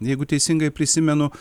jeigu teisingai prisimenu